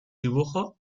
dibujo